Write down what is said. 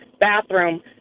bathroom